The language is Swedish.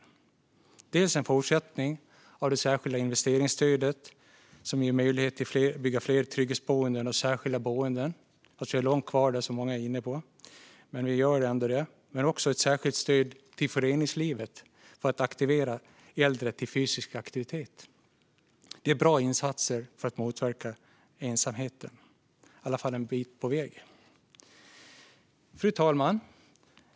Det är dels en fortsättning på det särskilda investeringsstödet som ger möjlighet att bygga fler trygghetsboenden och särskilda boenden - det är i och för sig långt kvar, vilket många är inne på, men vi gör ändå detta - dels ett särskilt stöd till föreningslivet för att motivera äldre till fysisk aktivitet. Detta är bra insatser som leder en bit på vägen när det gäller att motverka ensamheten. Fru talman!